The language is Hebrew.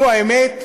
תראו, האמת,